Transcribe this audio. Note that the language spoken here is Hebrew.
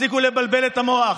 תפסיקו לבלבל את המוח,